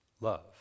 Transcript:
love